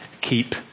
keep